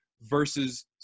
versus